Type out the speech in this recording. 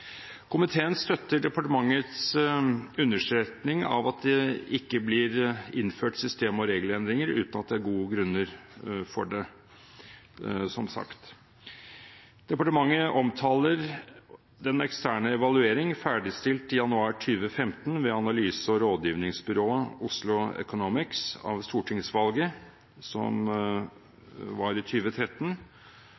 Komiteen støtter departementets understrekning av at det ikke blir innført system- og regelendringer uten at det er gode grunner for det, som sagt. Departementet omtaler den eksterne evalueringen – ferdigstilt i januar 2015 ved analyse- og rådgivningsbyrået Oslo Economics – av stortingsvalget